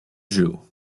jew